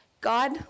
God